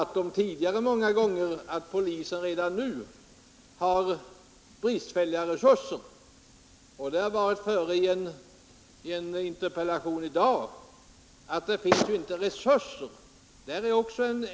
Vi har tidigare många gånger debatterat polisens redan nu bristfälliga resurser, och av ett interpellationssvar i dag har framgått att det inte finns tillräckliga resurser.